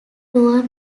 tour